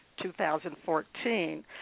2014